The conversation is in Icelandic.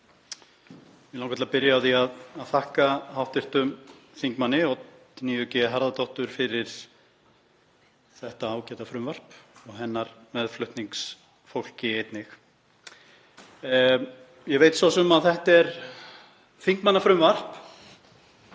Mig langar til að byrja á því að þakka hv. þm. Oddnýju G. Harðardóttur fyrir þetta ágæta frumvarp og hennar meðflutningsfólki einnig. Ég veit svo sem að þetta er þingmannafrumvarp